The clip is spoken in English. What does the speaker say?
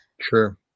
True